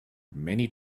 many